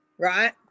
right